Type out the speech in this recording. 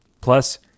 Plus